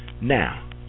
now